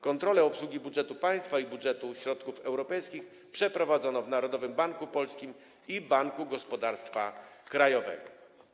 Kontrole obsługi budżetu państwa i budżetu środków europejskich przeprowadzono w Narodowym Banku Polskim i Banku Gospodarstwa Krajowego.